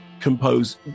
compose